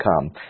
come